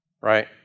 Right